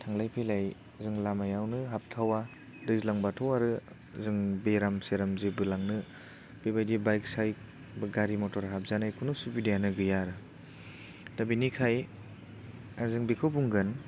थांलाय फैलाय जों लामायावनो हाबथावा दैज्लांबाथ' आरो जों बेराम सेराम जेबो लांनो बेबायदि बाइक साइक गारि मटर हाबजानाय खुनु सुबिदायानो गैया आरो दा बिनिखाय जों बेखौ बुंगोन